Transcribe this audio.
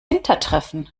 hintertreffen